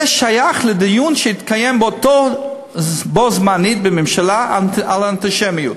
זה שייך לדיון שהתקיים בו בזמן בממשלה על אנטישמיות.